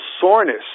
soreness